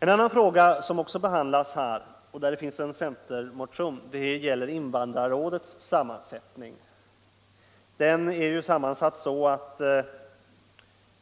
En annan fråga som behandlas i detta betänkande och där det finns en centermotion gäller invandrarrådets sammansättning.